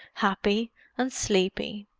happy and sleepy.